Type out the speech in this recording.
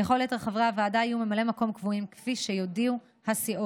לכל יתר חברי הוועדה יהיו ממלאי מקום קבועים כפי שיודיעו הסיעות.